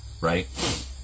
right